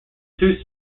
two